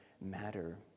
matter